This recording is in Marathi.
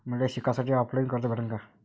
मले शिकासाठी ऑफलाईन कर्ज भेटन का?